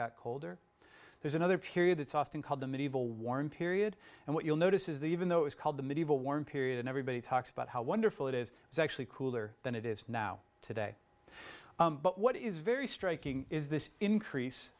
got colder there's another period that's often called the medieval warm period and what you'll notice is that even though it's called the medieval warm period and everybody talks about how wonderful it is it's actually cooler than it is now today but what is very striking is this increase